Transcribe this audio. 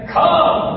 come